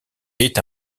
est